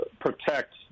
protect